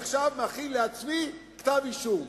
אני עכשיו מכין לעצמי כתב אישום.